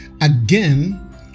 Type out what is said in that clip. again